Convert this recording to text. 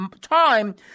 time